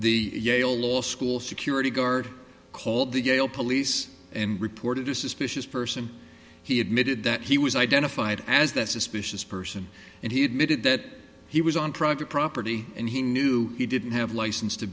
the yale law school security guard called the yale police and reported a suspicious person he admitted that he was identified as that suspicious person and he admitted that he was on private property and he knew he didn't have license to